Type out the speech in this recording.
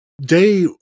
day